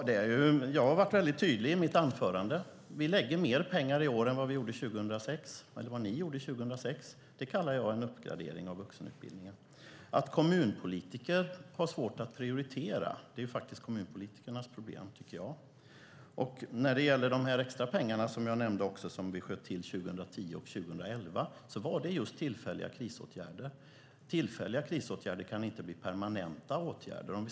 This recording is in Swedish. Fru talman! Jag var tydlig i mitt anförande. Vi lägger mer pengar i år än vad ni gjorde 2006. Det kallar jag en uppgradering av vuxenutbildningen. Att kommunpolitiker har svårt att prioritera är deras problem. De extra pengar som vi sköt till 2010 och 2011 var tillfälliga krisåtgärder. Tillfälliga krisåtgärder kan inte bli permanenta åtgärder.